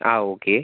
ആ ഓക്കെ